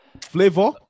Flavor